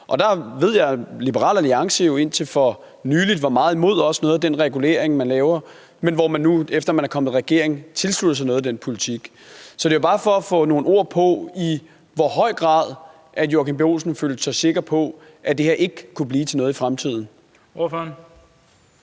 Og der ved jeg, at Liberal Alliance indtil for nylig var meget imod noget af den regulering, man laver, men hvor man nu, efter at man er kommet i regering, tilslutter sig en del af den politik. Så det var bare for at få nogle ord på, i hvor høj grad Joachim B. Olsen følte sig sikker på, at det her ikke kunne blive til noget i fremtiden. Kl.